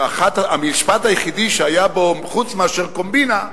המשפט היחידי שהיה בו חוץ מאשר קומבינה,